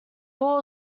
bull